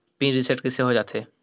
Pin reset कइसे हो जाथे?